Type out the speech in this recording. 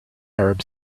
arab